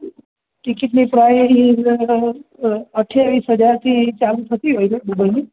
ટિકિટની પ્રાઇસ લગભગ અઠયાવીસ હજારથી ચાલું થતી હોય છે દુબઈની